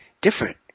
different